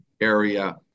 area